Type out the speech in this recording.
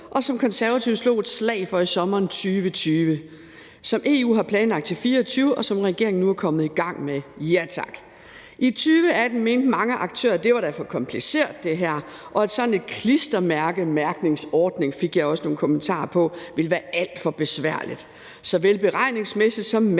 og som Konservative slog et slag for i sommeren 2020, som EU har planlagt til 2024, og som regeringen nu er kommet i gang med – ja tak! I 2018 mente mange aktører, at det her da var for kompliceret, og at sådan en klistermærkemærkningsordning – det fik jeg også nogle kommentarer på – ville være alt for besværlig, såvel beregningsmæssigt som mærkningsmæssigt,